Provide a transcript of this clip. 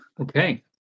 Okay